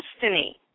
destiny